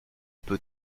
peut